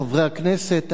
חברי חברי הכנסת,